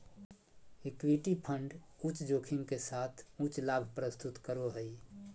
equity fund उच्च जोखिम के साथ उच्च लाभ प्रस्तुत करो हइ